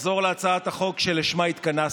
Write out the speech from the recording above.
נחזור להצעת החוק שלשמה התכנסנו.